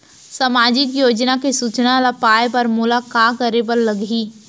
सामाजिक योजना के सूचना ल पाए बर मोला का करे बर लागही?